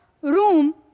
room